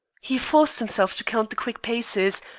he forced himself to count the quick paces,